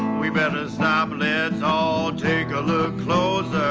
we better stop. let's all take a look closer.